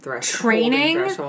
training